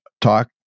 talk